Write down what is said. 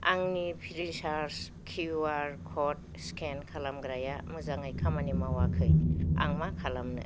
आंनि Freecharge Q R code scan खालामग्राया मोजाङै खामानि मावाखै आं मा खालामनो